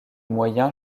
moyen